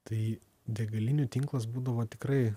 tai degalinių tinklas būdavo tikrai